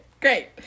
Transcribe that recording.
great